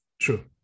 true